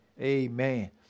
amen